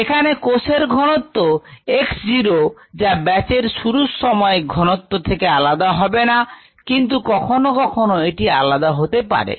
এখানে কোষের ঘনত্ব x zero যা ব্যাচের শুরুর সময় ঘনত্ব থেকে আলাদা হবেনা কিন্ত কখনো কখনো এটি আলাদা হতে পারে